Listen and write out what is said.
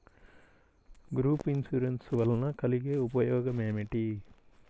Group insurance వలన కలిగే ఉపయోగమేమిటీ?